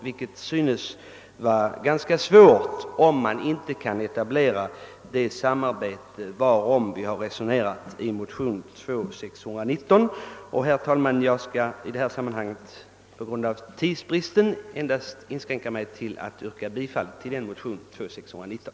Detta synes vara ganska svårt att åstadkomma om man inte kan etablera det samarbete varom vi har talat i motionen IT: 619. Herr talman! På grund av tidsbristen inskränker jag mig till att med det sagda yrka bifall till motionerna I: 549 och II: 619.